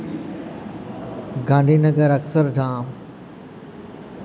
Gandhinagar Akshardham